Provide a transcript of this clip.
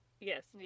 Yes